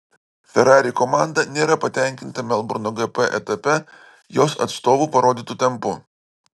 ferrari komanda nėra patenkinta melburno gp etape jos atstovų parodytu tempu